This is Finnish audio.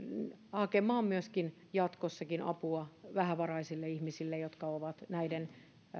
hakemaan jatkossakin apua vähävaraisille ihmisille jotka ovat näiden